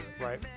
Right